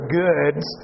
goods